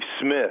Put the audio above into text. Smith